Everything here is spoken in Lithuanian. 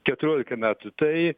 keturiolika metų tai